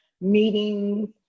meetings